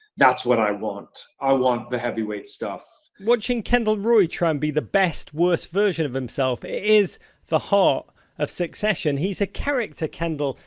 that's what i want. i want the heavy weight stuff. roger watching kendall roy try and be the best worst version of himself, it is the heart of succession. he's a character, kendall,